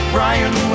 Brian